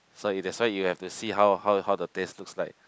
so if that's why you have to see how how how the taste looks like